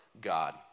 God